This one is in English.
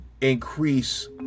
increase